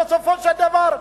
בסופו של דבר,